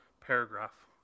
paragraph